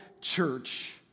church